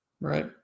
Right